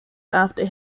after